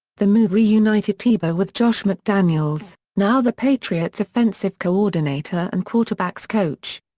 the move reunited tebow with josh mcdaniels, now the patriots offensive coordinator and quarterbacks coach.